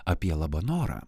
apie labanorą